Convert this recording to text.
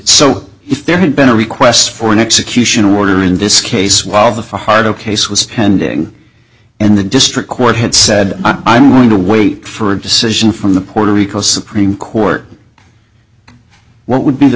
so if there had been a request for an execution order in this case while the hard ok swiss pending and the district court had said i'm willing to wait for a decision from the puerto rico supreme court what would be the